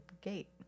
gate